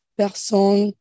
personne